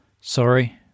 sorry